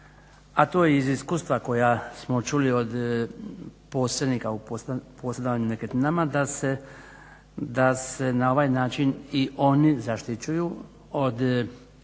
a to je iz iskustva koja smo čuli od posrednika u posredovanju nekretninama, da se na ovaj način i oni zaštićuju od nekorektnih